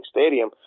Stadium